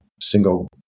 single